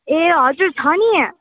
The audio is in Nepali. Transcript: ए हजुर छ नि